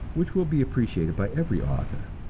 which will be appreciated by every author.